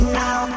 now